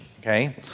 okay